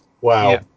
wow